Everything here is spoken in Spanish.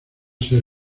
ser